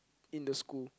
in the school